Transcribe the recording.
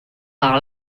par